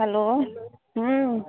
hello हुँ